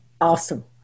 Awesome